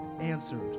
answered